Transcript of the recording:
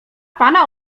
pana